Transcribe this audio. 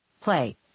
Play